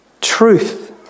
truth